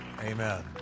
Amen